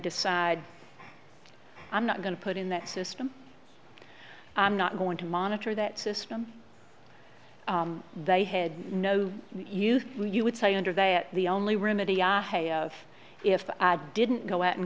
decide i'm not going to put in that system i'm not going to monitor that system they had no use you would say under that the only remedy if i didn't go out and